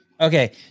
Okay